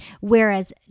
Whereas